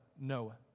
Noah